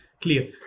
clear